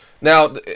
Now